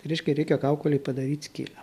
reiškia reikia kaukolėj padaryt skylę